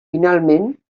finalment